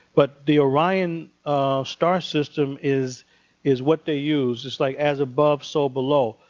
but the orion star system is is what they use. it's like as above so below.